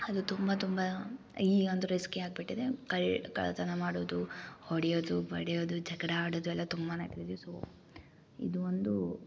ಅದು ತುಂಬ ತುಂಬ ಈ ಒಂದು ರಿಸ್ಕಿ ಆಗ್ಬಿಟ್ಟಿದೆ ಕಳ್ತನ ಮಾಡೋದು ಹೊಡಿಯೋದು ಬಡಿಯೋದು ಜಗಲ ಆಡೋದು ಎಲ್ಲ ತುಂಬಾ ಸೋ ಇದು ಒಂದು